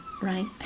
right